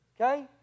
Okay